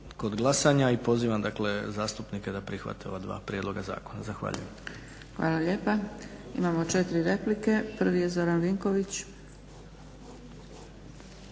kod glasanja, i pozivam dakle da zastupnike da prihvate ova dva prijedloga zakona. Zahvaljujem. **Zgrebec, Dragica (SDP)** Hvala lijepa. Imamo četiri replike. Prvi je Zoran Vinković.